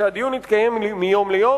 ושהדיון יתקיים מיום ליום,